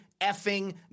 effing